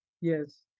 Yes